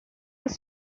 was